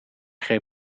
greep